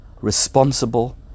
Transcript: responsible